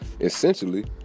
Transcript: essentially